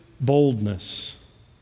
boldness